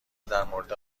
درمورد